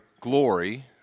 glory